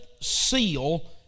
seal